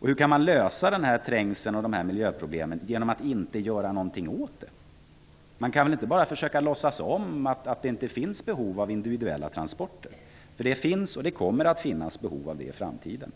Hur kan man lösa denna trängsel och miljöproblemen genom att inte göra någonting åt problemet? Man kan väl inte bara låtsas om att det inte finns behov av individuella transporter. Det finns behov av dem, och det kommer att finnas behov av dem i framtiden.